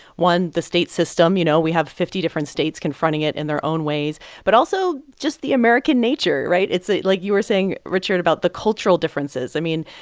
one, the state system you know, we have fifty different states confronting it in their own ways but also just the american nature, right? it's like you were saying, richard, about the cultural differences i mean,